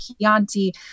Chianti